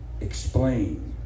explain